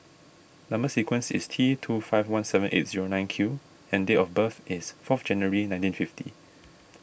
Number Sequence is T two five one seven eight zero nine Q and date of birth is four January nineteen fifty